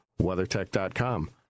WeatherTech.com